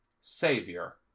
Savior